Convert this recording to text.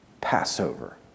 Passover